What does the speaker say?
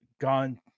gone